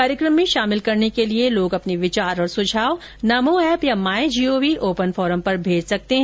कार्यक्रम में शामिल करने के लिए लोग अपने विचार और सुझाव नमो एप या माई जीओवी ओपन फोरम पर भेज सकते हैं